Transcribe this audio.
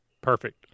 Perfect